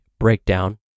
Breakdown